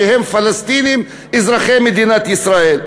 שהם פלסטינים אזרחי מדינת ישראל.